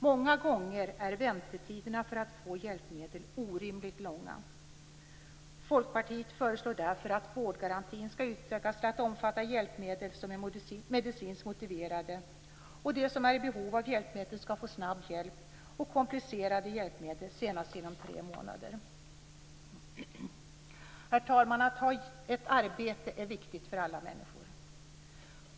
Många gånger är väntetiderna för att få hjälpmedel orimligt långa. Folkpartiet föreslår därför att vårdgarantin skall utökas till att omfatta hjälpmedel som är medicinskt motiverade. De som är i behov av hjälpmedel skall få snabb hjälp och komplicerade hjälpmedel senast inom tre månader. Herr talman! Att ha ett arbete är viktigt för alla människor.